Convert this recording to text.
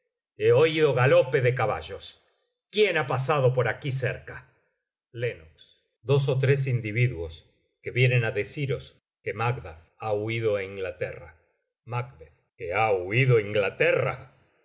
he oído galope de caballos quién ha pasado por aquí cerca len dos ó tres individuos que vienen á deciros que macduff ha huido á inglaterra macb que ha huido á inglaterra